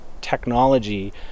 technology